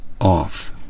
off